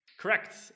Correct